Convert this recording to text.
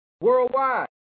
worldwide